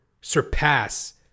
surpass